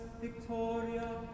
Victoria